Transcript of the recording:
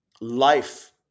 life